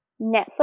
Netflix